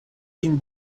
vin